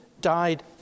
died